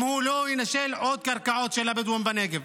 אם הוא לא ינשל עוד קרקעות של הבדואים בנגב.